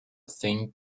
thin